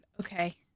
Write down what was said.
Okay